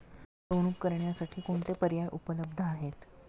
गुंतवणूक करण्यासाठी कोणते पर्याय उपलब्ध आहेत?